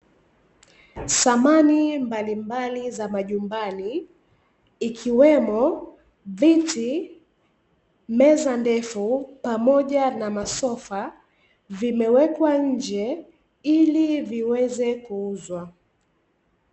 Samani mbalimbali za majumbani ikiwemo viti, meza ndefu pamoja na masofa vimewekwa nje ili viweze kuuzwa.